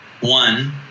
One